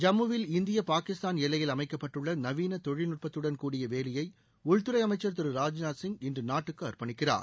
ஜம்முவில் இந்திய பாகிஸ்தான் எல்லையில் அமைக்கப்பட்டுள்ள நவீன தொழில்நுட்பத்துடன் கூடிய வேலியை உள்துறை அமைச்சர் திரு ராஜ்நாத் சிங் இன்று நாட்டுக்கு அர்ப்பணிக்கிறார்